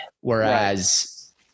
Whereas